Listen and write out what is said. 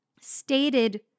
stated